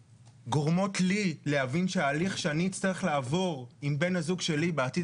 שגורמות לי להבין שההליך שאני אצטרך לעבור עם בן הזוג שלי בעתיד